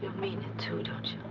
mean it too,